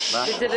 הזה.